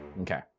okay